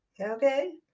okay